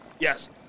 Yes